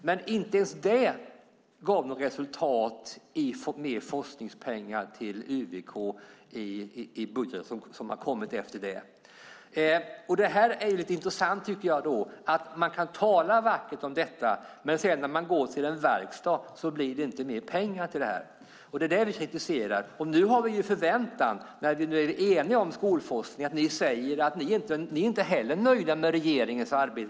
Men inte ens det har gett några resultat i mer forskningspengar till UVK i budgetar som har kommit efter det. Man kan tala vackert om detta, men när man sedan går till en "verkstad" blir det inte mer pengar till detta. Det är det vi kritiserar. Nu har vi en förväntan, när vi är eniga om skolforskningen och ni säger att ni inte heller är nöjda med regeringens arbete.